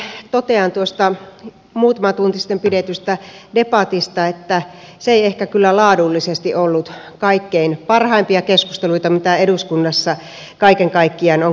ensinnäkin totean tuosta muutama tunti sitten pidetystä debatista että se ei ehkä kyllä laadullisesti ollut kaikkein parhaita keskusteluja mitä eduskunnassa kaiken kaikkiaan on käyty